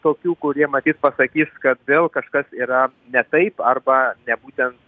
tokių kurie matyt pasakys kad vėl kažkas yra ne taip arba ne būtent